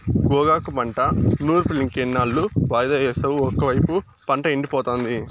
గోగాకు పంట నూర్పులింకెన్నాళ్ళు వాయిదా యేస్తావు ఒకైపు పంట ఎండిపోతాంది